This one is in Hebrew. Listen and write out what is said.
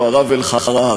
הוא הרב אלחרר,